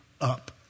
up